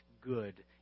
good